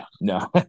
no